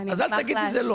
אז אל תגידי זה לא.